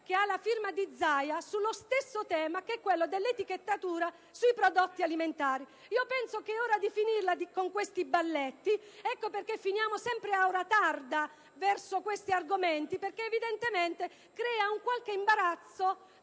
con la firma di Zaia sullo stesso tema, quello dell'etichettatura sui prodotti alimentari. Penso che è ora di finirla con questi balletti. Ecco perché finiamo sempre ad ora tarda a parlare di questi argomenti: evidentemente crea qualche imbarazzo